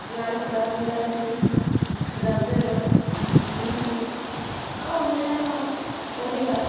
ନାଡ଼ୁକା ବିଲାତି ଗାଜର ବିଟ୍ ଆଉ ଅନ୍ୟାନ ପରିବା